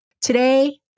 Today